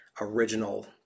original